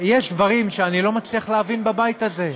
יש דברים שאני לא מצליח להבין בבית הזה.